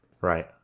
right